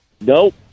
Nope